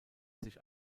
sich